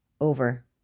Over